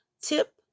tip